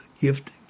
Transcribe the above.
gift